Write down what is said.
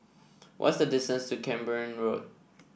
what's the distance to Camborne Road